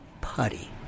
putty